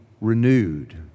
renewed